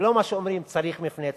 ולא מה שאומרים, שצריך מפנה.